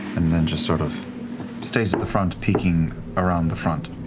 and then just sort of stays at the front, peeking around the front